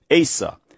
Asa